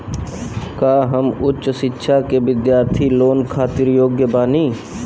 का हम उच्च शिक्षा के बिद्यार्थी लोन खातिर योग्य बानी?